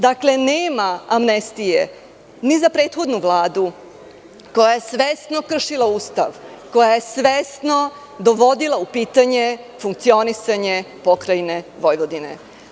Dakle, nema amnestije ni za prethodnu Vladu koja je svesno kršila Ustav, koja je svesno dovodila u pitanje funkcionisanje Pokrajine Vojvodine.